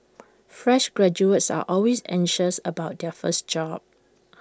fresh graduates are always anxious about their first job